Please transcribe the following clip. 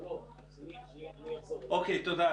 תודה.